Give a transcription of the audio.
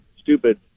stupid